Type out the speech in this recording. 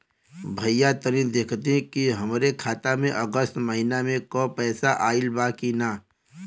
भईया तनि देखती की हमरे खाता मे अगस्त महीना में क पैसा आईल बा की ना?